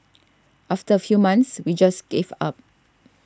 after a few months we just gave up